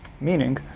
meaning